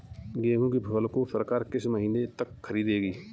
गेहूँ की फसल को सरकार किस महीने तक खरीदेगी?